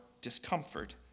discomfort